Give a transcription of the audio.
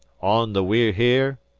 on the we're here?